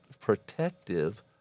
protective